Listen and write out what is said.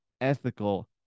ethical